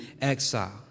exile